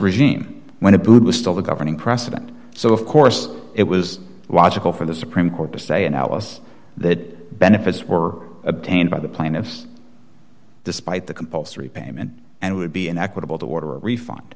regime when it was still the governing precedent so of course it was logical for the supreme court to say in alice that benefits were obtained by the plaintiffs despite the compulsory payment and would be an equitable toward a refund